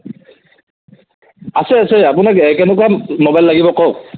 আছে আছে আপোনাক কেনেকুৱা ম'বাইল লাগিব কওক